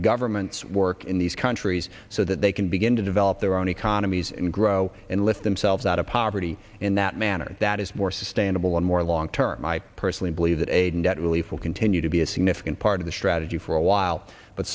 governments work in these countries so that they can begin to develop their own economies and grow and lift themselves out of poverty in that manner that is more sustainable and more long term i personally believe that aid and debt relief will continue to be a significant part of the strategy for a while but